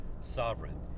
sovereign